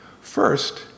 First